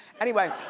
anyway,